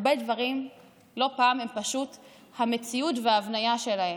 הרבה דברים לא פעם הם פשוט המציאות וההבניה שלה.